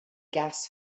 gas